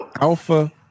Alpha